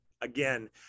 Again